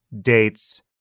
dates